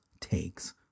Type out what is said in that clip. takes